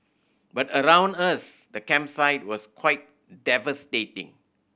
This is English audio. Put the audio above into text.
but around us the campsite was quite devastating